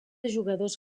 jugadors